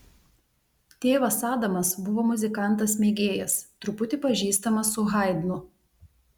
tėvas adamas buvo muzikantas mėgėjas truputį pažįstamas su haidnu